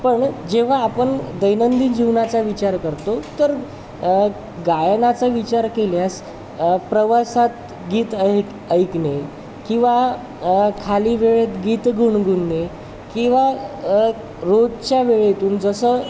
पण जेव्हा आपण दैनंदिन जीवनाचा विचार करतो तर गायनाचा विचार केल्यास प्रवासात गीत ऐक ऐकणे किंवा खाली वेळेत गीत गुणगुणणे किंवा रोजच्या वेळेतून जसं